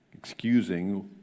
Excusing